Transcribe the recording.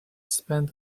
spend